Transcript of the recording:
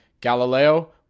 Galileo